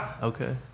Okay